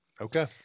Okay